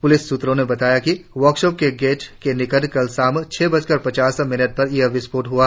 police सूत्रों ने बताया कि वर्कशॉप के गेट के निकट कल शाम छह बजकर पचास मिनट पर ये विस्फोट हुआ